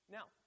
Now